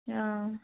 ହଁ